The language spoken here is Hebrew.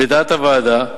לדעת הוועדה,